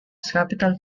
capital